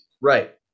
right